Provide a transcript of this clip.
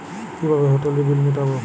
কিভাবে হোটেলের বিল মিটাব?